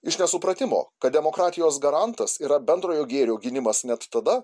iš nesupratimo kad demokratijos garantas yra bendrojo gėrio gynimas net tada